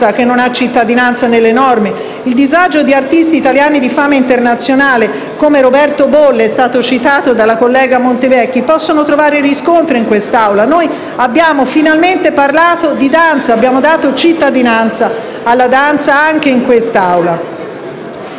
che non ha cittadinanza nelle norme. Il disagio di artisti italiani di fama internazionale come Roberto Bolle - è stato citato dalla collega Montevecchi - può trovare riscontro in quest'Aula. Noi abbiamo finalmente parlato di danza; abbiamo dato cittadinanza alla danza anche in quest'Aula.